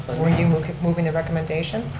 were you moving the recommendation?